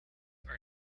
are